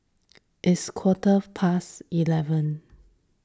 its quarter past eleven